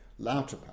Lauterpacht